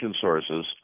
sources